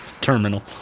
Terminal